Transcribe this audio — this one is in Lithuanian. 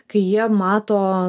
kai jie mato